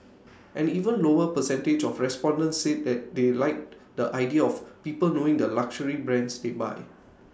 an even lower percentage of respondents said they like the idea of people knowing the luxury brands they buy